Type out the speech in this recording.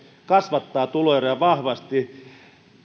kasvattaa tuloeroja vahvasti